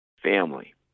family